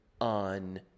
on